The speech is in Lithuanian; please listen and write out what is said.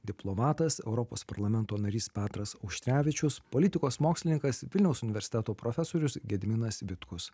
diplomatas europos parlamento narys petras auštrevičius politikos mokslininkas vilniaus universiteto profesorius gediminas vitkus